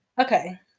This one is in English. Okay